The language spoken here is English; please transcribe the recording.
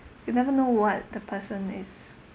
you never know what the person is